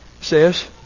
says